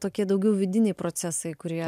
tokie daugiau vidiniai procesai kurie